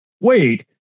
wait